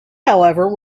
however